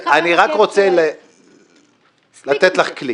אני רק רוצה לתת לך כלי